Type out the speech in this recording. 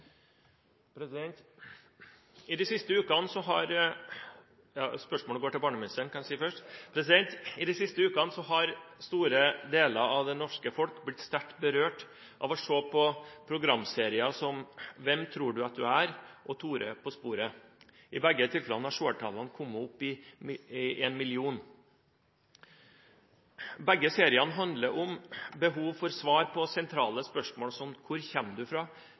det norske folk blitt sterkt berørt av å se på programserier som «Hvem tror du at du er?» og «Tore på sporet». I begge tilfellene har seertallene kommet opp i én million. Begge seriene handler om behovet for svar på sentrale spørsmål som «Hvor kommer jeg fra?»,